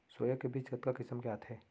Soya के बीज कतका किसम के आथे?